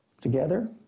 Together